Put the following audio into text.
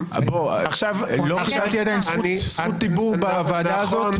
עוד לא קיבלתי זכות דיבור בוועדה הזאת,